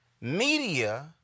media